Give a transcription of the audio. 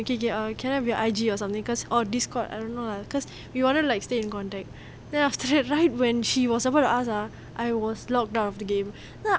okay okay err can I have your I_G or something because or Discord I don't know lah because we wanted like stay in contact then after that right when she was about to ask ah I was logged out of the game